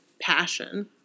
passion